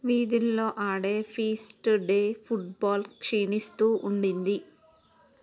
వీధుల్లో ఆడే feast day football క్షీణిస్తూ ఉండింది